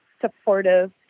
supportive